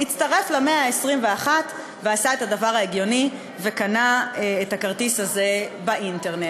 הוא הצטרף למאה ה-21 ועשה את הדבר ההגיוני וקנה את הכרטיס הזה באינטרנט.